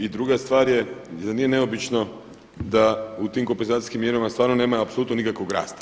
I druga stvar je, zar nije neobično da u tim kompenzacijskim mjerama stvarno nema apsolutno nikakvog rasta.